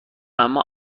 اما